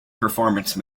performance